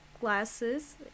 glasses